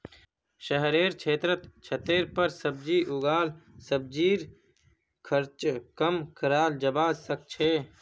शहरेर क्षेत्रत छतेर पर सब्जी उगई सब्जीर खर्च कम कराल जबा सके छै